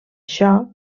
això